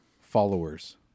followers